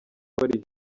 wari